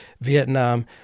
Vietnam